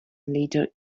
later